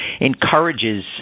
encourages